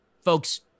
folks